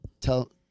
tell